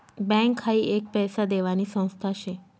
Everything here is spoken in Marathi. बँक हाई एक पैसा देवानी संस्था शे